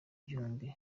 gihumbi